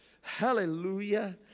Hallelujah